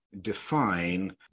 define